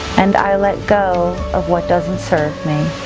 and i let go of what doesn't serve me.